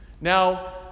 Now